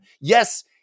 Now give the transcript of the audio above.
Yes